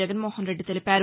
జగన్నోహనరెడ్డి తెలిపారు